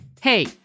Hey